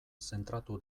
zentratu